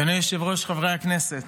אדוני היושב-ראש, חברי הכנסת,